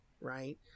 right